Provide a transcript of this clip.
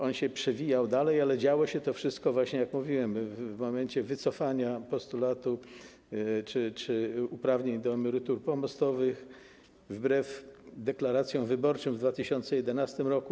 On się przewijał dalej, ale działo się to wszystko właśnie w momencie wycofania postulatu czy uprawnień do emerytur pomostowych wbrew deklaracjom wyborczym w 2011 r.